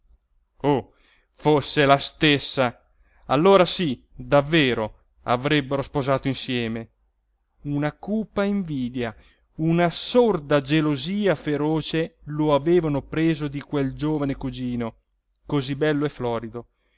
oh fosse la stessa allora sí davvero avrebbero sposato insieme una cupa invidia una sorda gelosia feroce lo avevano preso di quel giovane cugino cosí bello e florido